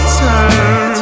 turn